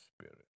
Spirit